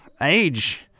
age